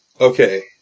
Okay